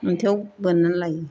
अन्थायाव बोननानै लायो